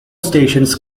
stations